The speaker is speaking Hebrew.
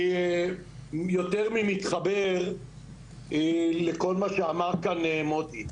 אני יותר ממתחבר לכל מה שאמר כאן מוטי.